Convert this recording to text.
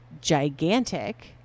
gigantic